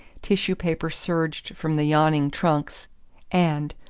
tissue-paper surged from the yawning trunks and,